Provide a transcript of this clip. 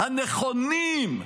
הנכונים,